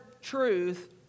truth